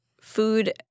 food